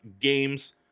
games